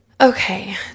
Okay